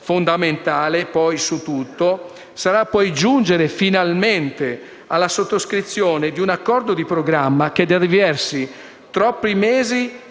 Grazie.